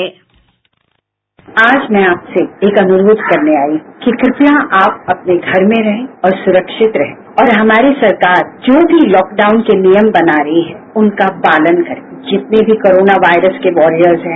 sound bite आज में आपसे एक अनुरोध करने आई हूं कि कृपया आप अपने घर में ही रहे और सुरक्षित रहे औरहमारी सरकार जो भी लॉकडाउन के नियम बना रही है उनका पालन करें जितने भी कोरोना वायरसके बोरियज है